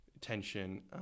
tension